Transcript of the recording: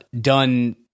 done